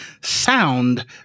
sound